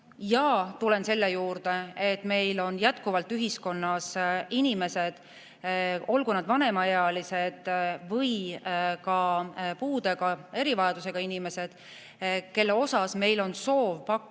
tulen selle juurde, et meil on jätkuvalt ühiskonnas inimesed, olgu nad vanemaealised või ka puudega, erivajadusega inimesed, kellele meil on soov pakkuda